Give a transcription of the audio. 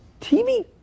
TV